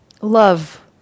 Love